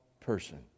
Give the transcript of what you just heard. person